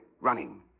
running